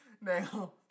Now